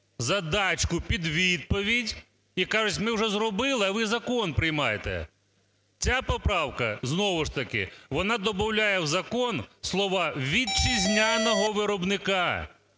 задачку під відповідь і кажуть: ми вже зробили, а ви закон приймайте. Ця поправка знову ж таки вона добавляє в закон слова "вітчизняного виробника".